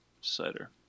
cider